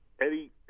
Eddie